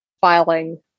filing